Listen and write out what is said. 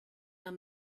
are